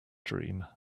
dream